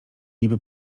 niby